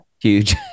Huge